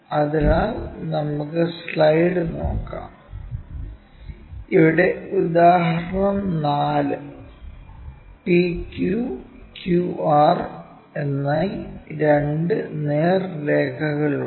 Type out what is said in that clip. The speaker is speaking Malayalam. അതിനാൽ നമുക്ക് സ്ലൈഡ് നോക്കാം ഇവിടെ ഉദാഹരണം 4 PQ QR എന്നീ രണ്ട് നേർരേഖകളുണ്ട്